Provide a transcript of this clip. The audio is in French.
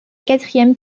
quatrième